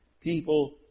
People